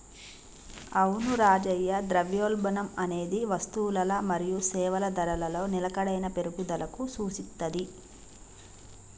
అవును రాజయ్య ద్రవ్యోల్బణం అనేది వస్తువులల మరియు సేవల ధరలలో నిలకడైన పెరుగుదలకు సూచిత్తది